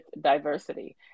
diversity